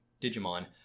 Digimon